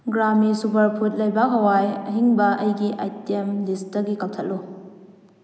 ꯒ꯭ꯔꯥꯃꯤ ꯁꯨꯄꯔꯐꯨꯗ ꯂꯩꯕꯥꯛ ꯍꯋꯥꯏ ꯑꯍꯤꯡꯕ ꯑꯩꯒꯤ ꯑꯥꯏꯇꯦꯝ ꯂꯤꯁꯇꯒꯤ ꯀꯛꯊꯠꯂꯨ